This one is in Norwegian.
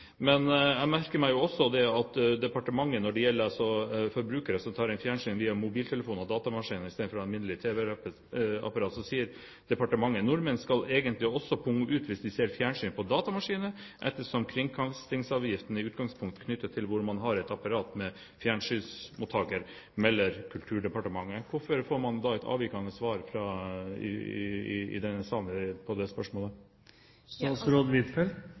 Men jeg merker meg jo også at departementet, når det gjelder forbrukere som tar inn fjernsyn via mobiltelefon og datamaskiner, istedenfor alminnelige tv-apparater, sier: «Nordmenn skal egentlig også punge ut hvis de ser fjernsyn på datamaskinen, ettersom kringkastingsavgiften i utgangspunktet er knyttet til hvorvidt man har et apparat med fjernsynsmottager.» Dette melder Kulturdepartementet. Hvorfor får man da et avvikende svar i denne sal på det spørsmålet? Jeg svarer i samsvar med det